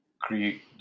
create